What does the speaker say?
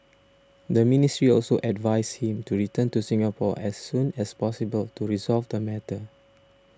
the ministry also advised him to return to Singapore as soon as possible to resolve the matter